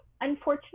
Unfortunately